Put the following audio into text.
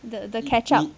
the the ketchup